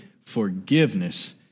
Forgiveness